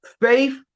Faith